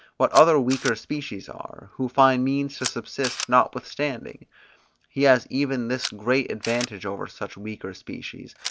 what other weaker species are, who find means to subsist notwithstanding he has even this great advantage over such weaker species,